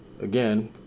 again